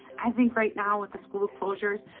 i think right now with the school closures,